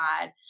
God